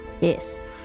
Yes